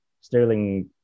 sterling